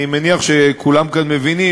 אני מניח שכולם כאן מבינים,